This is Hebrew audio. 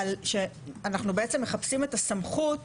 שאנחנו בעצם מחפשים את הסמכות